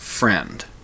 friend